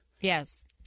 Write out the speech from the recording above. Yes